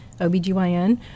OBGYN